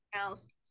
Else